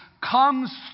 comes